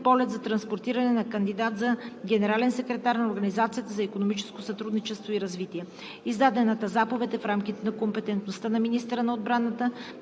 полет за транспортиране на кандидат за генерален секретар на Организацията за икономическо сътрудничество и развитие. Издадената заповед е в рамките на компетентността на министъра на отбраната,